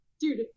dude